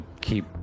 keep